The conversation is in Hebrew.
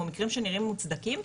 או מקרים שנראים מוצדקים,